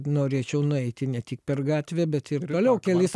norėčiau nueiti ne tik per gatvę bet ir vėliau kelis